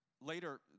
later